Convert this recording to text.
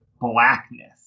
blackness